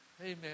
Amen